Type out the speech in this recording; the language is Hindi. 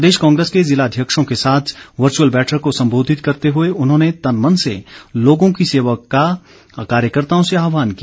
प्रदेश कांग्रेस के जिलाध्यक्षों के साथ वचुर्अल बैठक को संबोधित करते हुए उन्होंने तनमन से लोगों की सेवा करने का कार्यकर्ताओं से आहवान किया